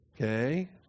Okay